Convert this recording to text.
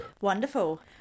wonderful